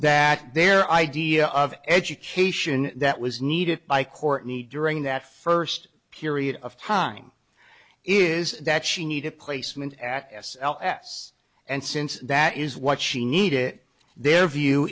that their idea of education that was needed by courtney during that first period of time is that she needed placement at s s and since that is what she needed their view